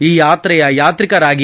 ಈ ಯಾತ್ರೆಯ ಯಾತ್ರಿಕರಾಗಿ